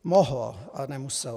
Mohlo, ale nemuselo.